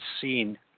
seen